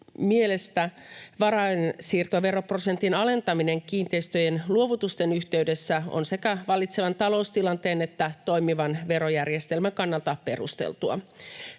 mielestä varainsiirtoveroprosentin alentaminen kiinteistöjen luovutusten yhteydessä on sekä vallitsevan taloustilanteen että toimivan verojärjestelmän kannalta perusteltua.